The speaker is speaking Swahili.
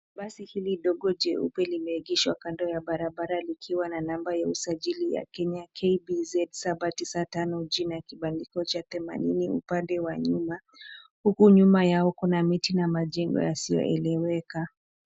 Basi hili dogo jeupe limeegeshwa kando ya barabara likiwa na namba ya usajili ya Kenya KBZ 795G na kibandiko cha themanini upande wa nyuma. Huku nyuma yao kuna miti na majengo yasiyoeleweka.